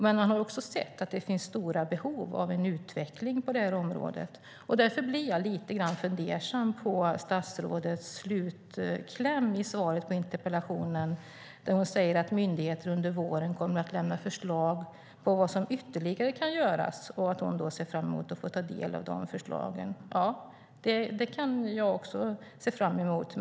Men man har också sett att det finns stora behov av en utveckling på det här området. Därför blir jag lite grann fundersam över statsrådets slutkläm i svaret på interpellationen, där hon säger att myndigheten under våren kommer att lämna förslag på vad som kan göras ytterligare och att hon ser fram emot att få ta del av de förslagen. Jag ser också fram emot det.